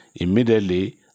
Immediately